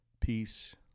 peace